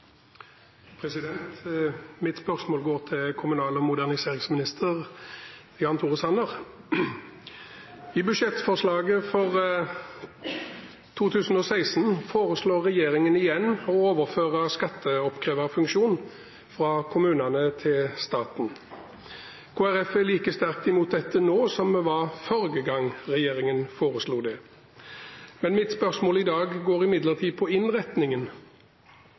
Mitt spørsmål går til kommunal- og moderniseringsminister Jan Tore Sanner. I budsjettforslaget for 2016 foreslår regjeringen igjen å overføre skatteoppkreverfunksjonen fra kommunene til staten. Kristelig Folkeparti er like sterkt imot dette nå som vi var forrige gang regjeringen foreslo det. Mitt spørsmål i dag går imidlertid på innretningen,